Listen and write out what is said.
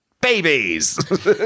Babies! (